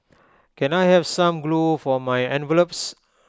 can I have some glue for my envelopes